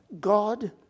God